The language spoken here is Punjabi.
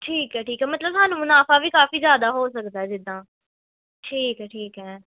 ਠੀਕ ਹੈ ਠੀਕ ਹੈ ਮਤਲਬ ਸਾਨੂੰ ਮੁਨਾਫ਼ਾ ਵੀ ਕਾਫੀ ਜ਼ਿਆਦਾ ਹੋ ਸਕਦਾ ਹੈ ਜਿੱਦਾਂ ਠੀਕ ਹੈ ਠੀਕ ਹੈ